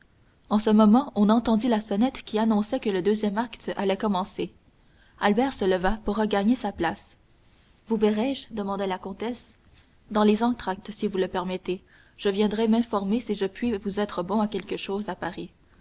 en ce moment on entendit la sonnette qui annonçait que le deuxième acte allait commencer albert se leva pour regagner sa place vous verrai-je demanda la comtesse dans les entractes si vous le permettez je viendrai m'informer si je puis vous être bon à quelque chose à paris